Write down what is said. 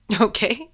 Okay